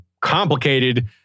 complicated